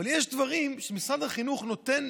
אבל יש דברים שמשרד החינוך נותן